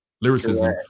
lyricism